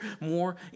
more